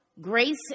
grace